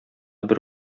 бер